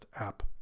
app